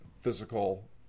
physical